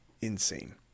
insane